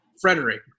Frederick